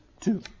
two